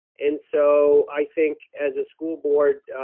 and so i think, as a school board,